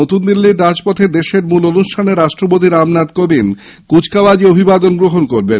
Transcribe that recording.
নতুনদিল্লির রাজপথে দেশের মূল অনুষ্ঠানে রাষ্ট্রপতি রামনাথ কোবিন্দ কুচকাওয়াজে অভিবাদন গ্রহণ করবেন